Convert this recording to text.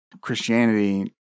Christianity